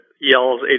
yells